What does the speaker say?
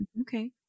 Okay